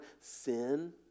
sin